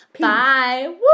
Bye